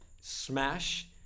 Smash